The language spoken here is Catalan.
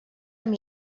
amb